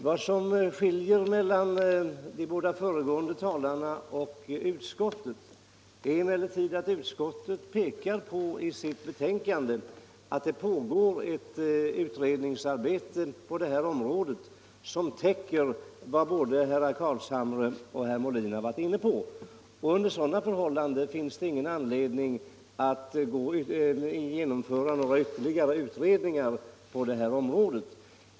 Det som skiljer mellan de båda föregående talarna och utskottet är emellertid att utskottet i sitt betänkande pekar på att det pågår ett utredningsarbete på detta område som täcker vad herrar Carlshamre och Molin har varit inne på. Under sådana förhållanden finns det ingen anledning att genomföra några ytterligare utredningar på området.